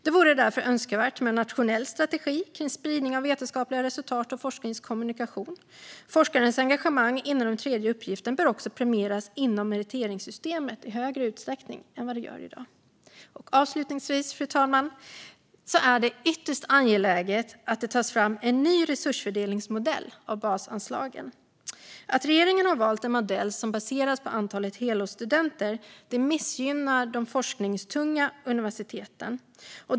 Det vore därför önskvärt med en nationell strategi för spridning av vetenskapliga resultat och forskningskommunikation. Forskarens engagemang inom den tredje uppgiften bör också premieras inom meriteringssystem i högre utsträckning än vad som sker i dag. Avslutningsvis, fru talman, är det ytterst angeläget att det tas fram en ny resursfördelningsmodell för basanslagen. Att regeringen har valt en modell som baseras på antalet helårsstudenter missgynnar de forskningstunga universiteten.